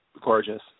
gorgeous